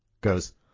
goes